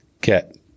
get